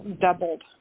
doubled